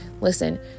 Listen